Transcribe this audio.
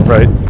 Right